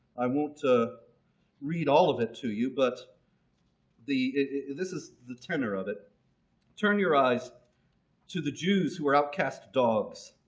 i won't to read all of it to you but the this is the tenor of it turn your eyes to the jews who are outcasts dogs.